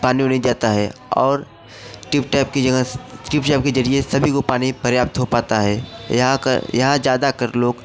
पानी वानी जाता है और टिप टेप की जगह टिप टेप के ज़रिये सभी को पानी प्राप्त हो पाता है यहाँ कर यहाँ ज़्यादातर लोग